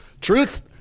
Truth